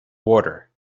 water